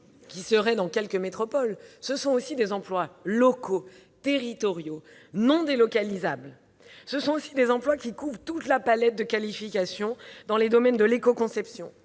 pas seulement dans quelques métropoles, mais seraient aussi locaux, territoriaux, non délocalisables. Ce sont aussi des emplois qui couvrent toute la palette de qualifications dans les domaines de l'éco-conception,